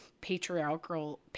patriarchal